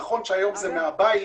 נכון שהיום זה מהבית,